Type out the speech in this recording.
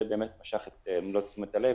זה באמת משך את מלוא תשומת הלב,